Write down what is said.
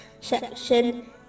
section